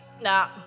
nah